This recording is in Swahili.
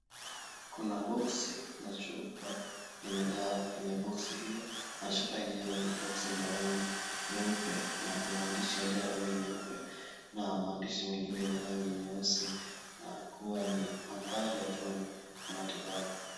Kuna boksi na chupa yenye dawa. Kwenye boksi hio na chupa yenyewe, na boksi ni ya rangi nyeupe na kuna maandishi yaliyo na rangi nyeupe na maandishi mengine yenye rangi nyeusi na kuwa ni habari ikiwa ni ya matibabu.